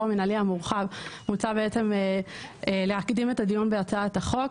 המנהלי המורחב מוצע להקדים את הדיון בהצעת החוק,